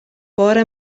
بار